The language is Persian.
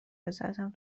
عزتم